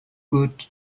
good